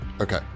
Okay